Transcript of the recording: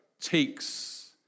takes